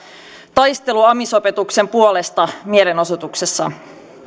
taistelu amisopetuksen puolesta mielenosoituksessa